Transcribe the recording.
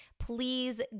please